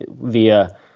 via